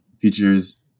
features